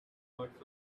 words